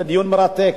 זה דיון מרתק.